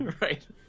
right